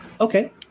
Okay